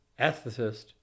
ethicist